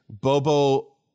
Bobo